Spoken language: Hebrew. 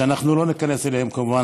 ואנחנו לא ניכנס אליהן כמובן,